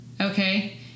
okay